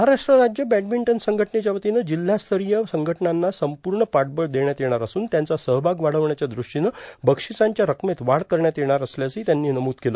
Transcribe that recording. महाराष्ट्र राज्य बँडमिंटन संघटनेच्या वतीनं जिल्हा स्तरीय संघटनांना संपूर्ण पाठबळ देण्यात येणार असून त्यांचा सहभाग वाढवण्याच्या दृष्टीनं बक्षीसांच्या रकमेत वाढ करण्यात येणार असल्याचंही त्यांनी नमूद केलं